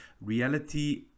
reality